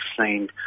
seen